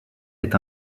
est